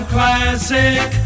Classic